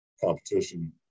competition